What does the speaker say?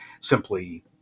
simply